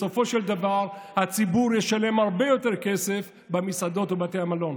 בסופו של דבר הציבור ישלם הרבה יותר כסף במסעדות ובתי המלון.